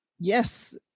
Yes